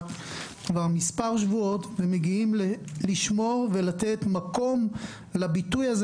כבר מספר שבועות ומגיעים לשמור ולתת מקום לביטוי הזה